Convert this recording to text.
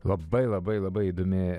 labai labai labai įdomi